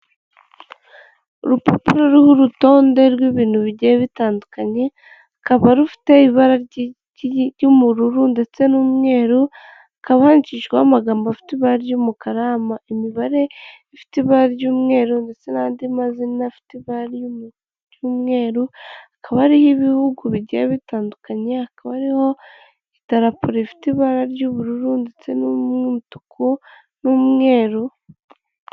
Urupapuro ruriho urutonde rw'ibintu bigiye bitandukanye, rukaba rufite ibara ry'ubururu ndetse n'umweru, hakaba handikishijweho amagambo afite ibara ry'umukara, imibare ifite ibara ry'umweru ndetse n'andi mazina afite ibara ry'umweru, hakaba ariho ibihugu bigiye bitandukanye, hakaba ariho idarapo rifite ibara ry'ubururu ndetse n'umutuku n'umweru.